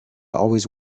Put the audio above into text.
always